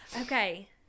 Okay